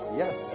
yes